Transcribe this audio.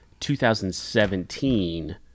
2017